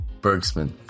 Bergsman